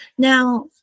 Now